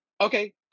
okay